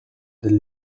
del